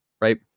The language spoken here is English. right